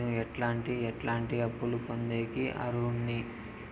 నేను ఎట్లాంటి ఎట్లాంటి అప్పులు పొందేకి అర్హుడిని?